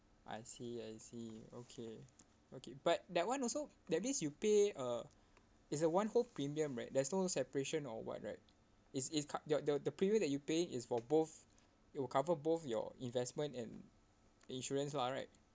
I see I see okay okay but that one also that means you pay uh it's a one whole premium right there's no separation or [what] right is is co~ the the the premium that you paying is for both it'll cover both your investment and insurance lah right